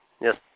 Yes